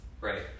right